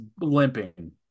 limping